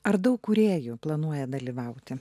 ar daug kūrėjų planuoja dalyvauti